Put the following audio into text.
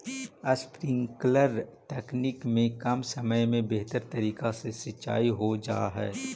sprinkler तकनीक में कम समय में बेहतर तरीका से सींचाई हो जा हइ